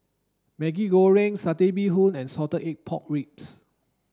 Maggi Goreng satay bee hoon and salted egg pork ribs